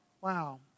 wow